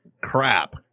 crap